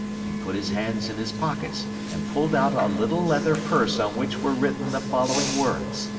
he put his hands in his pockets and pulled out a little leather purse on which were written the following words